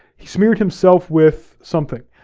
he smeared himself with something.